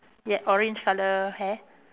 yeah orange colour hair